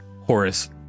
horace